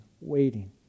waiting